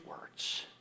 words